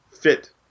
fit